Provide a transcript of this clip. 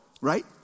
right